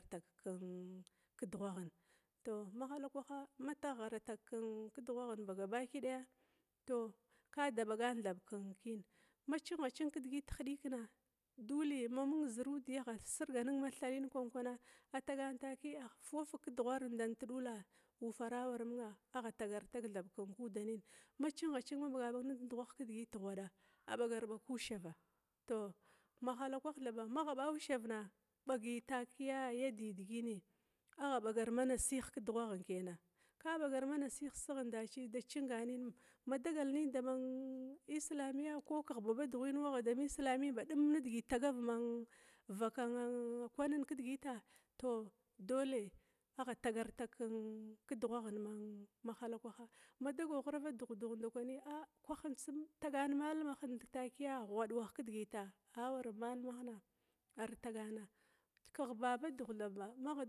Tgkan ka dughwaghən taw mahallakwaha ma taghara tag ka dughwaghən ba gabako ɗaya tow kada ɓagan thab kən kənna zhənga chəng ka dəgət hadəkənna dully ma məng zərua ngha shirga nən ma thalən kwan kwanna atagan takəya fuwafag ka dughwar nɗan tdulla uufara awa manga agha tagar tag thaɓ thanan ma gha chinga-chinga thaɓ dnke bagabaga nadughraghwa ka dəgət ghwaɗa abagar-baga ku shava’a tow ma hall kwah thaɓa ma agha ba ushavna bagə bakiyya yədə dəgny agh ɓagar ma nashiha ka ughura ghən kynana ka bəgar ma nashihən ksghan dachi da changa nən ma dagal nən da man islamiya ku kagh baba dughana wa ma islamiya baɗum na dəgə tagar vaka kwanən ka dagəta taw dalhy agha tagar ta kən ka duhwa hən ma hall kwaha ma dagaw ghrava huh-duh-nda kwanən a kwa hən itsum tagan mallam hən takəya ghwad wah fa dəgəta a waran mallam ha ar taganna kəh babadughthaɓa.